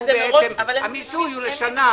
שהמיסוי הוא לשנה.